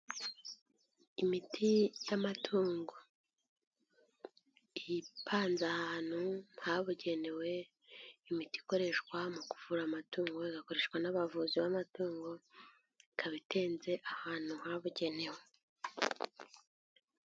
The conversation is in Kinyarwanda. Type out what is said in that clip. Imiti y'amatungo ipanze ahantu habugenewe, imiti ikoreshwa mu kuvura amatungo igakoreshwa n'abavuzi b'amatungo, ikaba itenze ahantu habugenewe.